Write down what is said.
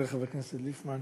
חברי חבר הכנסת ליפמן,